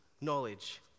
knowledge